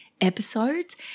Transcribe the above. episodes